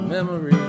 Memories